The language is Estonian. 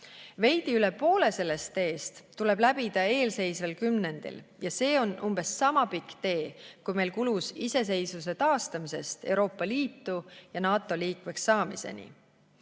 Veidi üle poole sellest teest tuleb läbida eelseisval kümnendil ja see on umbes sama pikk tee, kui meil kulus iseseisvuse taastamisest Euroopa Liidu ja NATO liikmeks saamiseni. Valitsus